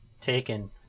taken